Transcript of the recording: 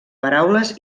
paraules